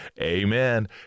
amen